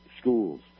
schools